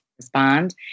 respond